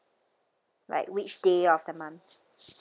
like which day of the month